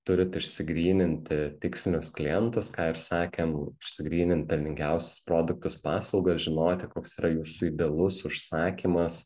turit išsigryninti tikslinius klientus ką ir sakėm išsigrynint pelningiausius produktus paslaugas žinoti koks yra jūsų idealus užsakymas